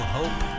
hope